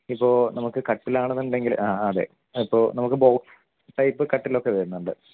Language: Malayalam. ഇപ്പോൾ നമുക്ക് കട്ടിലാണെന്ന് ഉണ്ടെങ്കിൽ ആഹാ അതെ അപ്പോൾ നമുക്ക് ഇപ്പോൾ കട്ടിലൊക്കെ വരുന്നുണ്ട്